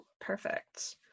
Perfect